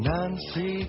Nancy